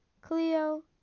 Cleo